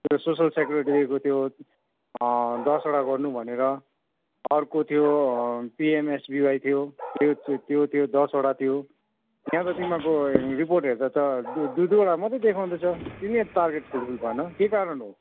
social security दिएको थियो दसवटा गर्नु भनेर अर्को थियो पिएमएसबिवाई थियो त्यो थियो त्यो थियो दसवटा थियो यहाँ त तिमीहरूको रिपोर्ट हेर्दा त दुई दुई दुईवटा मात्रै देखाउँदैछ किन टारगेट फुलफिल भएन के कारण हो